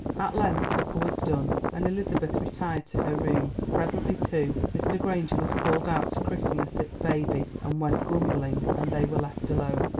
at length supper was done, and elizabeth retired to her room. presently, too, mr. granger was called out to christen a sick baby and went grumbling, and they were left alone.